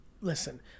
listen